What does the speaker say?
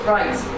Right